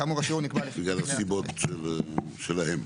בגלל הסיבות שלהם.